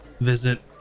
visit